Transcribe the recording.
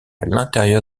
l’intérieur